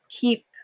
keep